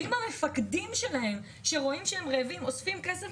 ואם המפקדים שלהם שרואים שהם רעבים אוספים כסף